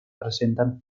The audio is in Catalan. presenten